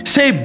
Say